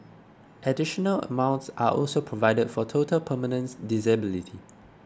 additional amounts are also provided for total permanent disability